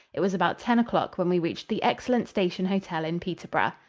it was about ten o'clock when we reached the excellent station hotel in peterborough.